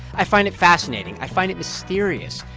i find it fascinating. i find it mysterious.